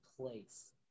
place